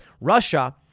Russia